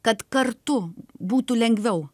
kad kartu būtų lengviau